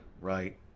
right